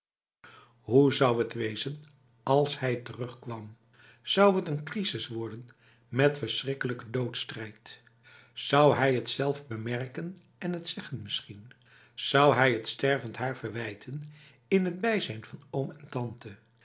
hoe zou het wezen als hij terugkwam zou het een crisis worden met verschrikkelijke doodsstrijd zou hij het zelf bemerken en het zeggen misschien zou hij het stervend haar verwijten in het bijzijn van oom en tante